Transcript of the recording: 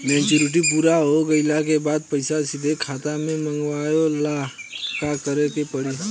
Maturity पूरा हो गइला के बाद पईसा सीधे खाता में मँगवाए ला का करे के पड़ी?